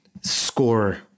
score